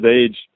age